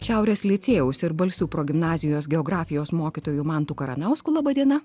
šiaurės licėjaus ir balsių progimnazijos geografijos mokytoju mantu karanausku laba diena